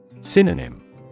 Synonym